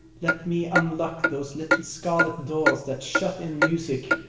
let me unlock those little scarlet doors that shut in music,